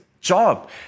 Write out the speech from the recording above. job